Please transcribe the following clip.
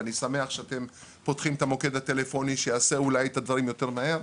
ואני שמח שאתם פותחים את המוקד הטלפוני שיעשה אולי את הדברים יותר מהר,